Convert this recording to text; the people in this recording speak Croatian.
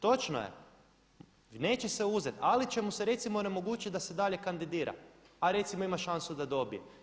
Točno je, neće se uzeti ali će mu se recimo onemogućiti da se dalje kandidira a recimo ima šansu da dobije.